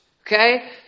Okay